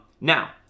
Now